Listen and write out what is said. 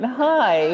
hi